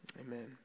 Amen